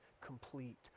complete